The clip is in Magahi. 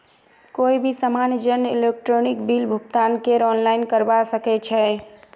कोई भी सामान्य जन इलेक्ट्रॉनिक बिल भुगतानकेर आनलाइन करवा सके छै